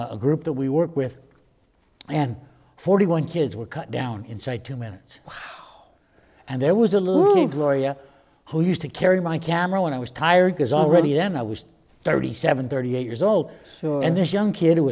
time a group that we work with and forty one kids were cut down inside two minutes and there was a loony gloria who used to carry my camera when i was tired because already then i was thirty seven thirty eight years old and this young kid